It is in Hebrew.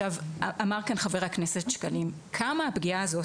אמר חבר הכנסת שקלים כמה הפגיעה הזאת,